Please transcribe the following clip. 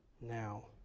now